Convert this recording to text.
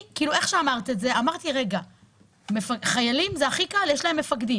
איך שאמרתם את זה אמרתי לעצמי שחיילים זה הכי קל כי יש להם מפקדים.